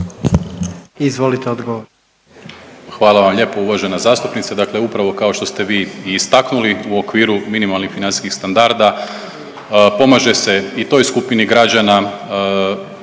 Marko** Hvala vam lijepo uvažena zastupnice. Dakle upravo kao što ste vi i istaknuli u okviru minimalnih financijskih standarda pomaže se i toj skupini građana,